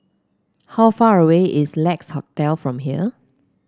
how far away is Lex Hotel from here